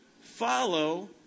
follow